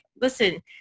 listen